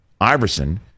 Iverson